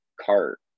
cart